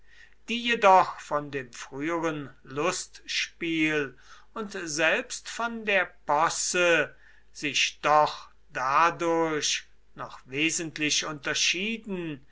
die jedoch von dem früheren lustspiel und selbst von der posse sich doch dadurch noch wesentlich unterschieden